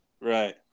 Right